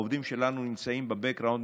העובדים שלנו נמצאים ב-background,